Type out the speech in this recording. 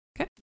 Okay